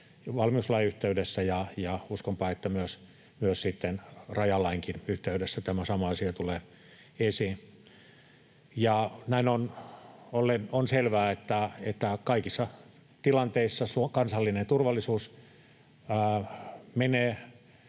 valmiuslain yhteydessä, ja uskonpa, että myös sitten rajalainkin yhteydessä tämä sama asia tulee esiin. Näin ollen on selvää, että kaikissa tilanteissa kansallinen turvallisuus menee